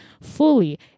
fully